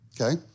Okay